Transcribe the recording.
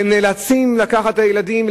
שהם נאלצים לקחת את הילדים,